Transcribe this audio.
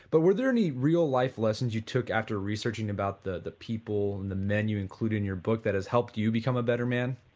but were there any real life lessons you took after researching about the the people, and the men that you include in your book that has helped you become a better man?